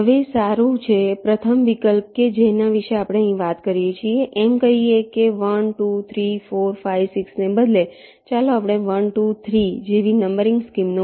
હવે સારું છે પ્રથમ વિકલ્પ કે જેના વિશે આપણે અહીં વાત કરીએ છીએ એમ પણ કહીએ કે 1 2 3 4 5 6 ને બદલે ચાલો આપણે 1 2 3 જેવી નંબરિંગ સ્કીમનો ઉપયોગ કરીએ છીએ